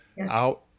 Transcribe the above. out